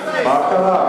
מה קרה?